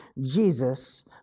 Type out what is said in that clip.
Jesus